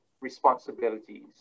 responsibilities